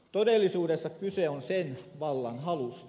todellisuudessa kyse on sen vallanhalusta